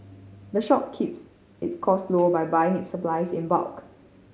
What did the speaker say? the shop keeps its costs low by buying its supplies in bulk